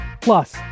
Plus